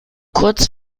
kurz